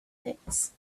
pits